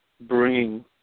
bringing